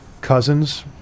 cousins